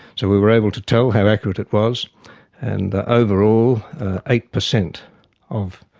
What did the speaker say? so we were able to tell how accurate it was and overall eight percent of